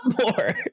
more